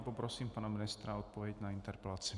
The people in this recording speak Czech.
Poprosím pana ministra o odpověď na interpelaci.